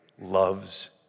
loves